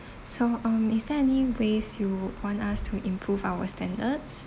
so um is there any ways you would want us to improve our standards